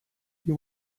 you